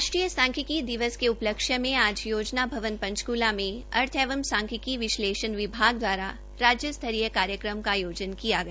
राष्ट्रीय सांख्यिकी दिवस के उपलक्ष्य मे आज योजना भवन पंचकला में अर्थ एवं सांख्यिकी विश्लेषण विभाग द्वारा राज्य स्तरीय कार्यक्रम का आयोजन किया गया